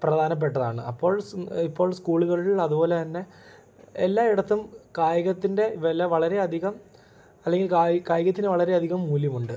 പ്രധാനപ്പെട്ടതാണ് അപ്പോൾ സ് ഇപ്പോൾ സ്കൂളുകളിൽ അതുപോലെ തന്നെ എല്ലായിടത്തും കായികത്തിൻ്റെ വില വളരെ അധികം അല്ലെങ്കിൽ കായികത്തിന് വളരെ അധികം മൂല്യമുണ്ട്